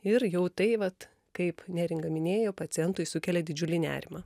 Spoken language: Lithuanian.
ir jau tai vat kaip neringa minėjo pacientui sukelia didžiulį nerimą